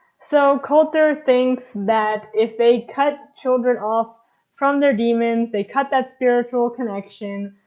so coulter thinks that if they cut children off from their daemons, they cut that spiritual connection,